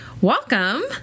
welcome